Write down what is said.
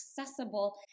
accessible